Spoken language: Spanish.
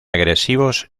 agresivos